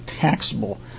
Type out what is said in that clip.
taxable